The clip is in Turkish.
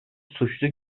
suçlu